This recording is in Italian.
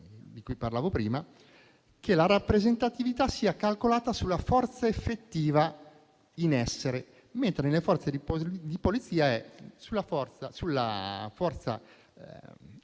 di cui parlavo prima - che la rappresentatività sia calcolata sulla forza effettiva in essere, mentre nelle Forze di polizia è calcolata